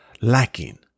lacking